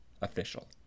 official